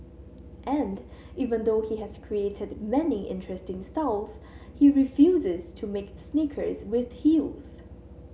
and even though he has created many interesting styles he refuses to make sneakers with heels